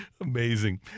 Amazing